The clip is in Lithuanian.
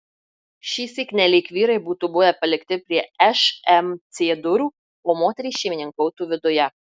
šįsyk nelyg vyrai būtų buvę palikti prie šmc durų o moterys šeimininkautų viduje